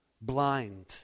blind